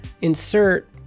insert